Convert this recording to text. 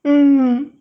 mm